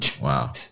Wow